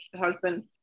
husband